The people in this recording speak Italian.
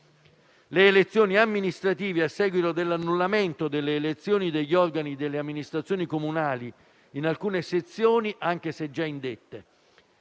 le elezioni amministrative, a seguito dell'annullamento delle elezioni degli organi delle amministrazioni comunali in alcune sezioni, anche se già indette;